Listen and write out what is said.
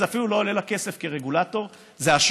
זה אפילו לא עולה לה כסף כרגולטור,